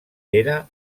era